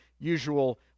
usual